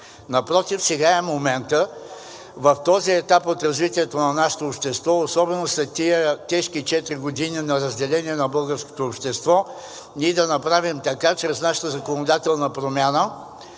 Напротив, сега е моментът, в този етап от развитието на нашето общество, особено след тези тежки четири години на разделение на българското общество, ние да направим така чрез нашата законодателна промяна,